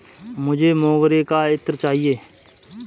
मुझे मोगरे का इत्र चाहिए